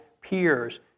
peers